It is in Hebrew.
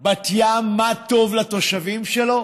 בת ים מה טוב לתושבים שלו?